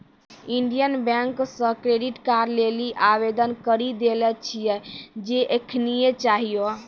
Indian bank से credit card लेली आवेदन करी देले छिए जे एखनीये चाहियो